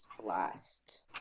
Blast